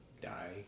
die